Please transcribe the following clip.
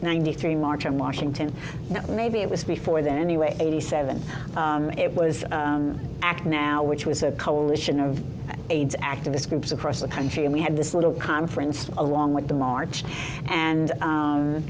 ninety three march on washington maybe it was before then anyway eighty seven it was act now which was a coalition of aids activist groups across the country and we had little conference along with the march and